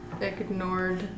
ignored